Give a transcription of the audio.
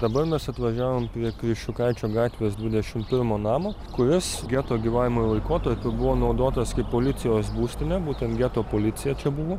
dabar mes atvažiavom prie kriščiukaičio gatvės dvidešimt pirmo namo kuris geto gyvavimo laikotarpiu buvo naudotas kaip policijos būstinė būtent geto policija čia buvo